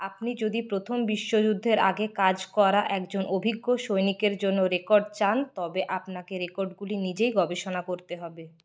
আপনি যদি প্রথম বিশ্বযুদ্ধের আগে কাজ করা একজন অভিজ্ঞ সৈনিকের জন্য রেকর্ড চান তবে আপনাকে রেকর্ডগুলি নিজেই গবেষণা করতে হবে